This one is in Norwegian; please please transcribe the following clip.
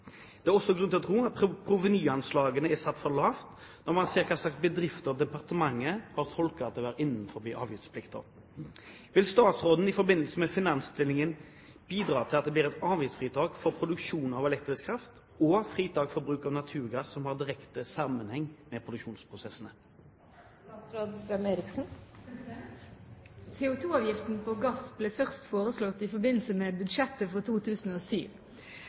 Det er også grunn til å tro at provenyanslagene er satt for lavt når man ser hvilke bedrifter departementet har tolket å være innenfor avgiftsplikten. Vil statsråden i forbindelse med finansinnstillingen bidra til at det blir et avgiftsfritak for produksjon av elektrisk kraft og fritak for bruk av naturgass som har direkte sammenheng med produksjonsprosesser?» CO2-avgiften på gass ble først foreslått i forbindelse med budsjettet for 2007.